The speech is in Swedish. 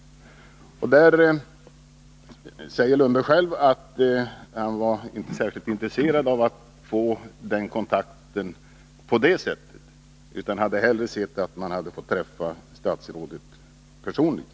Kommunalrådet Lundberg säger själv att han inte var särskilt intresserad av att få kontakt på det sättet utan hellre hade sett att han hade fått träffa statsrådet personligen.